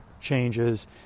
changes